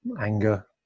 anger